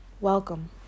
Welcome